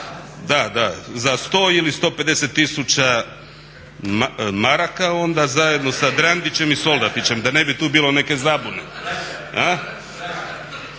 da, da za 100 ili 150 tisuća maraka onda zajedno sa Drandićem i Soldatićem da ne bi tu bilo neke zabune.